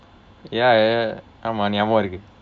ya ya ya ஆமாம் ஞாபகம் இருக்கு:aamaam nyaabakam irukku